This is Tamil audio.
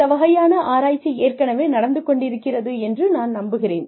இந்த வகையான ஆராய்ச்சி ஏற்கனவே நடந்து கொண்டிருக்கிறது என்று நான் நம்புகிறேன்